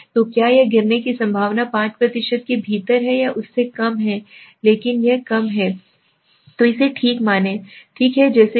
तो क्या यह है गिरने की संभावना 5 के भीतर है या उससे कम है यदि यह कम है तो इसे ठीक मानें ठीक है जेसे कि